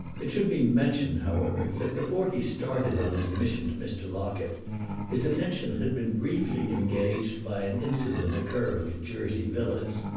it should be mentioned, however, that before he started on his mission to mr. locket his attention had been briefly engaged by an incident occurring at jersey villas.